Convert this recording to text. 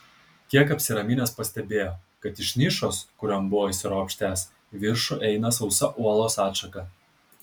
kiek apsiraminęs pastebėjo kad iš nišos kurion buvo įsiropštęs į viršų eina sausa uolos atšaka